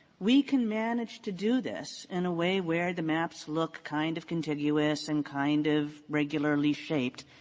we can manage to do this in a way where the maps look kind of contiguous and kind of regularly shaped,